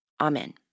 Amen